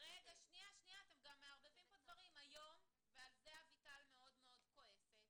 ועל זה אביטל מאוד מאוד כועסת